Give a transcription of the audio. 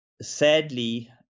Sadly